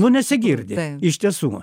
nu nesigirdi iš tiesų